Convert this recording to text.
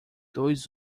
dois